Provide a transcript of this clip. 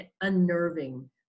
unnerving